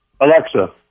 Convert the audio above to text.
Alexa